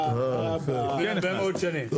לפני הרבה מאוד שנים,